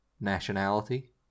nationality